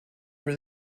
for